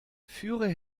führe